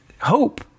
hope